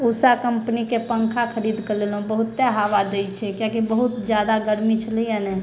उषा कम्पनीके पङ्खा खरीदके लेलहुँ बहुते हवा दै छै किआकि बहुत जादा गर्मी छलैया ने